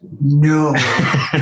no